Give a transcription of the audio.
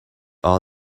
all